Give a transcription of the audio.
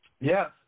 Yes